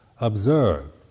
observe